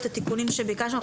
התיקונים שביקשנו לעשות,